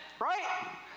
Right